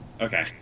Okay